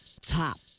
top